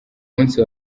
munsi